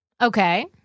Okay